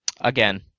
again